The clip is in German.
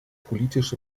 politisch